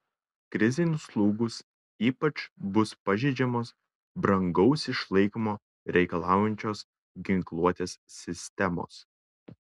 krizei nuslūgus ypač bus pažeidžiamos brangaus išlaikymo reikalaujančios ginkluotės sistemos